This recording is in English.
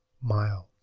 mild